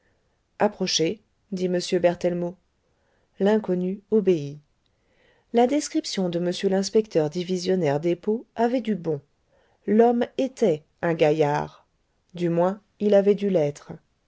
approchez dit m berthellemot l'inconnu obéit la description de m l'inspecteur divisionnaire despaux avait du bon l'homme était un gaillard du moins il avait dû l'être